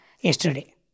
yesterday